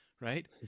Right